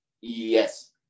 Yes